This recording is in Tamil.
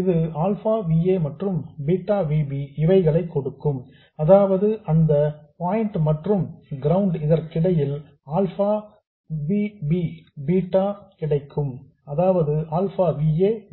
இது ஆல்பா V a மற்றும் பீட்டா V b இவைகளை கொடுக்கும் அதாவது இந்த பாயிண்ட் மற்றும் கிரவுண்ட் இதற்கிடையில் ஆல்பா V a